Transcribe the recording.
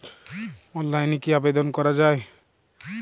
অনলাইনে কি আবেদন করা য়ায়?